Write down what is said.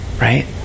right